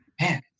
man